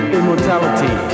immortality